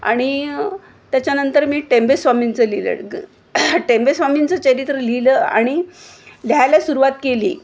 आणि त्याच्यानंतर मी टेंबे स्वामींचं लिहिलं ग टेंबे स्वामींचं चरित्र लिहिलं आणि लिहायला सुरुवात केली